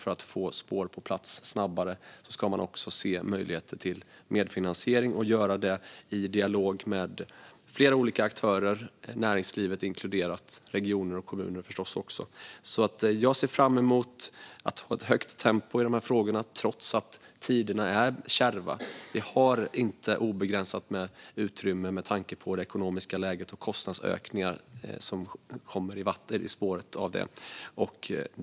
För att få spår på plats snabbare ska man också se möjligheter till medfinansiering och göra det i dialog med fler olika aktörer, näringslivet inkluderat, och förstås även regioner och kommuner. Jag ser fram emot att ha ett högt tempo i de här frågorna, trots att tiderna är kärva. Vi har inte obegränsat med utrymme med tanke på det ekonomiska läget och de kostnadsökningar som kommer i spåret av det.